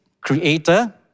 creator